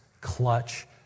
clutch